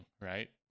right